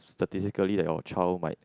statistically that your child might